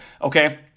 Okay